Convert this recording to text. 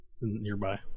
nearby